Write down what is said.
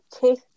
take